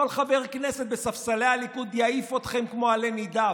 כל חבר כנסת בספסלי הליכוד יעיף אתכם כמו עלה נידף.